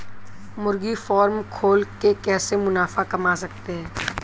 मुर्गी फार्म खोल के कैसे मुनाफा कमा सकते हैं?